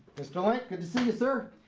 mr. lank, good to see you, sir.